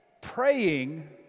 Praying